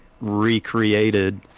recreated